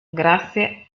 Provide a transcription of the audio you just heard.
grazie